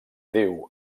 diu